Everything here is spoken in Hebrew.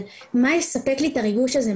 מה שיספק לי את הריגוש הזה,